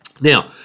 Now